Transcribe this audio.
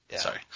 Sorry